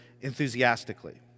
enthusiastically